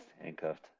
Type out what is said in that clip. handcuffed